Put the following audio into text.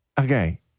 Okay